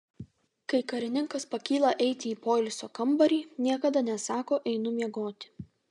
kai karininkas pakyla eiti į poilsio kambarį niekada nesako einu miegoti